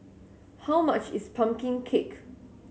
how much is pumpkin cake